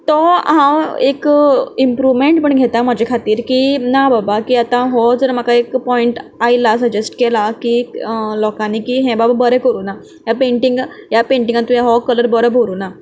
तो हांव एक इमप्रुवमेंट म्हूण घेता म्हजे खातीर की ना बाबा की आतां हो जर म्हाका एक पोयंट आयला सजेस्ट केला की लोकांनी हें बाबा बरें करूं ना ह्या पेंटींग ह्या पेंटींगान तुवें हो कलर बरो भरूं ना